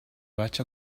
vaig